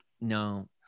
No